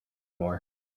more